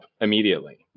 immediately